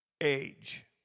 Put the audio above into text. age